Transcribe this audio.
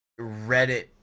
Reddit